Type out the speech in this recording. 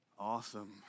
Awesome